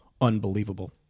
unbelievable